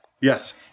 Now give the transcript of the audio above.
Yes